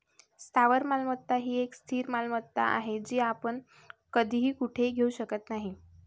स्थावर मालमत्ता ही एक स्थिर मालमत्ता आहे, जी आपण कधीही कुठेही घेऊ शकत नाही